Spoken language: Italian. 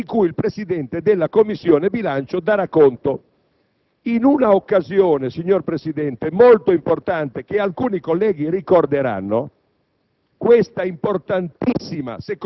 attraverso una discussione di cui il Presidente della Commissione bilancio darà conto». Signor Presidente, in una occasione molto importante, che alcuni colleghi ricorderanno,